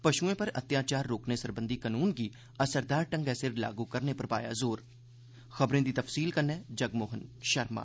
पशुएं पर अत्याचार रोकने सरबंधी कनून गी असरदार ढंगै सिर लागू करने पर जोर दित्ता